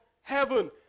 heaven